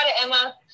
Emma